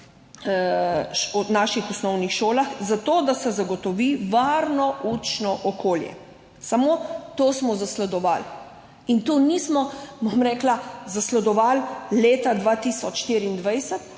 naših osnovnih šolah, zato da se zagotovi varno učno okolje. Samo to smo zasledovali. In tega nismo zasledovali od leta 2024,